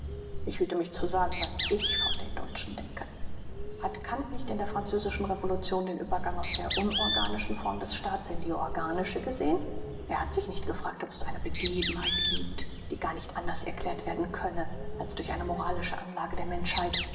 ich hüte mich zu sagen was ich von den deutschen denke hat kant nicht in der französischen revolution den übergang aus der unorganischen form des staats in die organische gesehn hat er sich nicht gefragt ob es eine begebenheit giebt die gar nicht anders erklärt werden könne als durch eine moralische anlage der menschheit